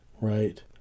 right